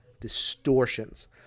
distortions